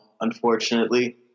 unfortunately